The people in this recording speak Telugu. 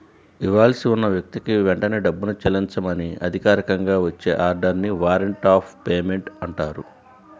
ఇవ్వాల్సి ఉన్న వ్యక్తికి వెంటనే డబ్బుని చెల్లించమని అధికారికంగా వచ్చే ఆర్డర్ ని వారెంట్ ఆఫ్ పేమెంట్ అంటారు